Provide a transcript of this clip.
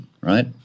right